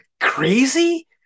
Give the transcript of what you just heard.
crazy